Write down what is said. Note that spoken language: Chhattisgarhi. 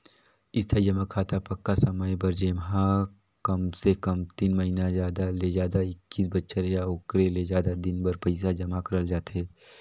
इस्थाई जमा खाता पक्का समय बर जेम्हा कमसे कम तीन महिना जादा ले जादा एक्कीस बछर या ओखर ले जादा दिन बर पइसा जमा करल जाथे